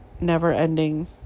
never-ending